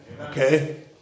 Okay